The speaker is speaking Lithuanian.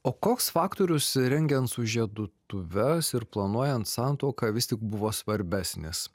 o koks faktorius rengiant sužiedutuves ir planuojant santuoką vis tik buvo svarbesnis